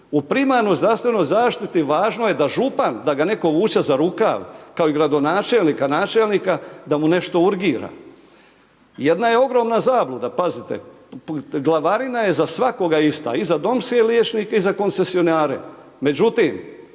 U primarnoj zdravstvenoj zaštiti važno je da župan da ga netko vuče za ruka kao i gradonačelnika, načelnika, da mu nešto urgira. Jedna je ogromna zabluda, pazite, glavarina je za svakoga ista i za domske liječnike i za koncesionare. Međutim,